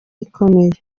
ikomeye